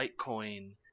Litecoin